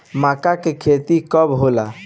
माका के खेती कब होला?